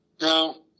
No